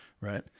right